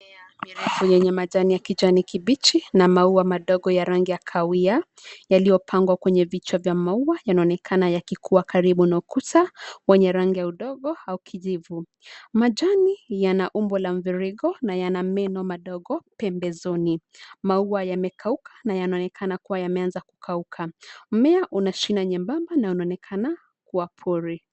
Mimea mirefu yenye majani ya kijani kibichi na maua madogo ya rangi ya kahawia yaliyopangwa kwenye vichwa vya maua yanaonekana yakikua karibu na ukuta wenye rangi ya udongo au kijivu. Majani yana umbo la mviringo na yana meno madogo pembezoni. Maua yamekauka na yanaonekana kua yameanza kukauka. Mmea una shina nyembamba na unaonekana wa pori.